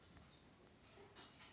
रामानुज पोंगलसाठी घरी जाणार आहे